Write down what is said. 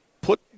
put